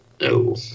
No